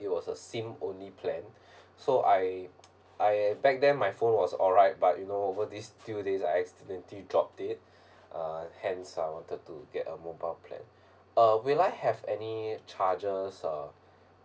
it was a SIM only plan so I I back then my phone was alright but you know over these few days I accidentally drop it uh hence I wanted to get a mobile plan uh will I have any charges of